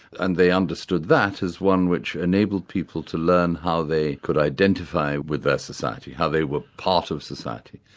and they understood that as one which enabled people to learn how they could identify with their society, how they were part of society.